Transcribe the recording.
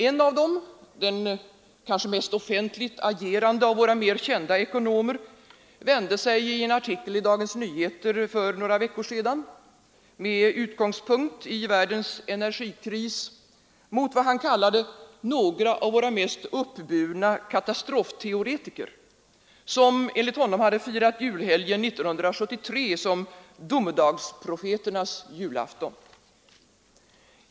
En av dem — den kanske mest offentligt agerande av våra mer kända ekonomer — vände sig i en artikel i Dagens Nyheter för några veckor sedan, med utgångspunkt i världens energikris, mot vad han kallade ”några av våra mest uppburna katastrofteoretiker”, som enligt honom hade firat julhelgen 1973 som ”domedagsprofeternas julafton”.